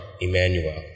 Emmanuel